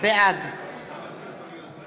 בעד